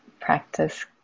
practice